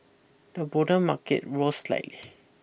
the broader market rose slightly